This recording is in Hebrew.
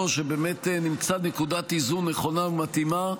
שבאמת נמצא נקודת איזון נכונה ומתאימה,